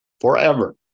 forever